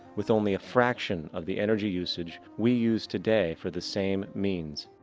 with only a fraction of the energy usage we use today for the same means.